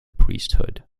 priesthood